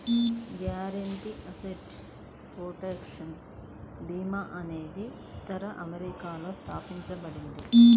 guaranteed asset protection భీమా అనేది ఉత్తర అమెరికాలో స్థాపించబడింది